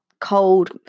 cold